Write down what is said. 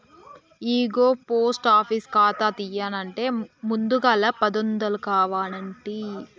ఇగో post office ఖాతా తీయన్నంటే ముందుగల పదొందలు కావనంటి